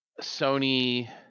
Sony